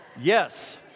yes